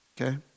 Okay